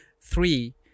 three